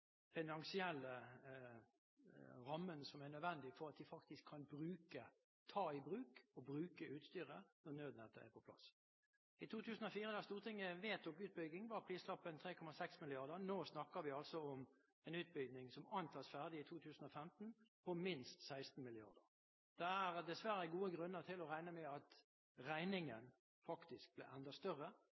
finansielle rammen som er nødvendig for at de faktisk kan ta i bruk og bruke utstyret når Nødnett er på plass. I 2004, da Stortinget vedtok utbygging, var prislappen 3,6 mrd. kr. Nå snakker vi altså om en utbygging som antas å være ferdig i 2015, til minst 16 mrd. kr. Det er dessverre gode grunner til å regne med at regningen faktisk blir enda større.